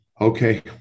Okay